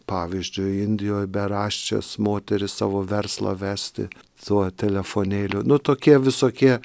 pavyzdžiui indijoj beraščias moteris savo verslą vesti tuo telefonėliu nu tokie visokie